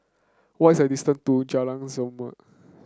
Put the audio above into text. what's the distance to Jalan Zamrud